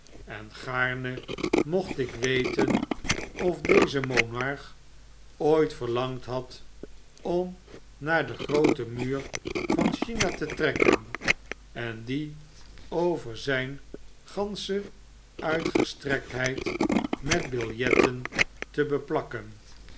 en gaarne mocht ik weten of deze monarch ooit verlangd had om naar den grooten muur van china te trekken en dien over zyn gansche uitgestrektheid met biljetten te beplakken